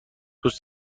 دوست